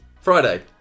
Friday